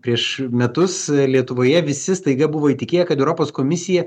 prieš metus lietuvoje visi staiga buvo įtikėję kad europos komisija